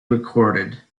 recorded